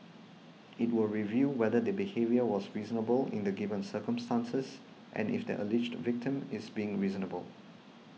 it will review whether the behaviour was reasonable in the given circumstances and if the alleged victim is being reasonable